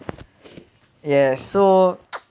ya so